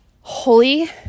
Holy